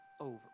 over